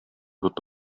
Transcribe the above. wird